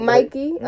Mikey